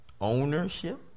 ownership